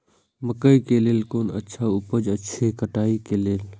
मकैय के लेल कोन अच्छा उपाय अछि कटाई के लेल?